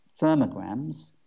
thermograms